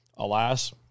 Alas